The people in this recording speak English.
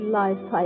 life